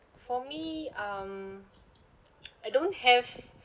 for me um I don't have